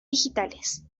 digitales